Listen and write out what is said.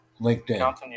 linkedin